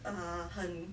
err 很